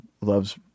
loves